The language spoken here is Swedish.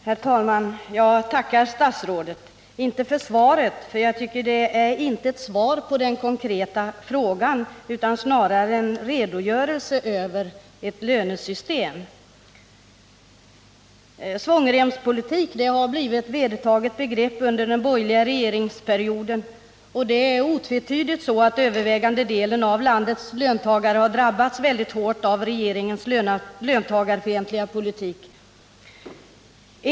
Herr talman! Jag tackar statsrådet, inte för svaret, för jag tycker inte att det är ett svar på den konkreta frågan, utan snarare en redogörelse över ett lönesystem. Svångremspolitik har blivit ett vedertaget begrepp under den borgerliga regeringsperioden. Och det är otvetydigt så att övervägande delen av landets löntagare har drabbats väldigt hårt av regeringens löntagarfientliga politik.